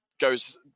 goes